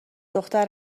دختر